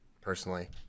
personally